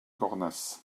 cornas